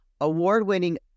award-winning